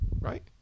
Right